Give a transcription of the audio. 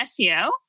SEO